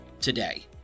today